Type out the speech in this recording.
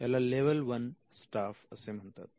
याला level 1 staff असे म्हणतात